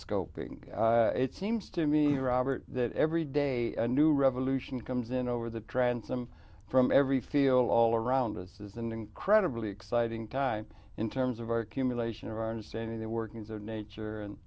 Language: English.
telescoping it seems to me robert that every day a new revolution comes in over the transom from every feel all around us is an incredibly exciting time in terms of our accumulation of our understanding the workings of nature and